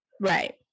Right